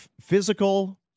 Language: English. Physical